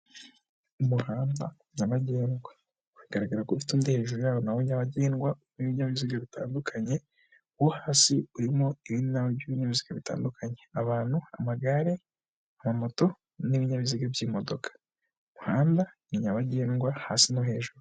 Umuhanda nyabagendwa uragaragara ko ufite undi hejuru yawo nawo nyabagendwa w'ibinyabiziga bitandukanye, uwo hasi urimo ibindi by'ibinbiziga bitandukanye abantu, amagare, ama moto, n'ibinyabiziga by'imodoka, umuhanda n'inyabagendwa hasi no hejuru.